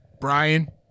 Brian